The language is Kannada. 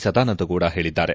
ಸದಾನಂದಗೌಡ ಹೇಳಿದ್ದಾರೆ